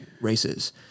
Races